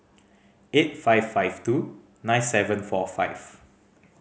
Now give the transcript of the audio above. eight five five two nine seven four five